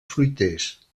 fruiters